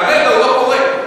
כרגע הוא לא קורא.